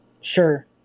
sure